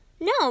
No